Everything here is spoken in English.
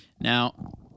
Now-